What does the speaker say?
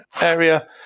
area